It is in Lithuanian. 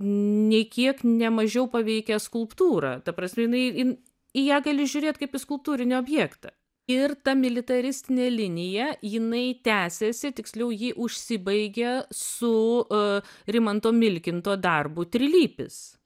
nei kiek ne mažiau paveikia skulptūrą ta prasme jinai jin į ją gali žiūrėt kaip į skulptūrinį objektą ir ta militaristinė linija jinai tęsiasi tiksliau ji užsibaigia su rimanto milkinto darbu trilypis